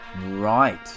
Right